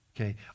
okay